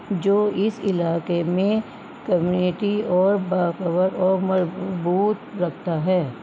جو اس علاقے میں کمیونٹی اور باخبر اور مربوط رکھتا ہے